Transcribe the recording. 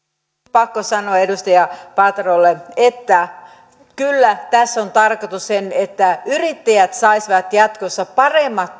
pakko sanoa edustaja paaterolle että kyllä tässä on tarkoitus että yrittäjät saisivat jatkossa paremmat